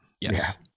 Yes